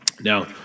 Now